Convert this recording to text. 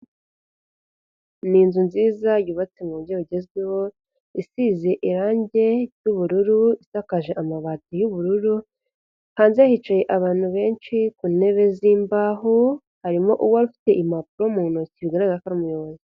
Ni inzu nziza yubatse mu buryo bugezweho, isize irangi y'ubururu isakaje amabati y'ubururu, hanze hicaye abantu benshi ku ntebe z'imbaho, harimo uhari afite impapuro mu ntoki bigaragara ko ari umuyobozi.